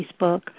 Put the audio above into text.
Facebook